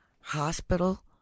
hospital